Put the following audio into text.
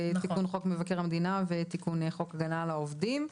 תיקון חוק מבקר המדינה ותיקון חוק הגנה על עובדים.